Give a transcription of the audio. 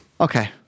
Okay